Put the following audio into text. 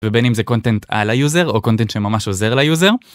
ובין אם זה קונטנט על היוזר או קונטנט שממש עוזר ליוזר.